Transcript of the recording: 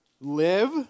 live